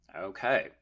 okay